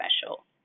special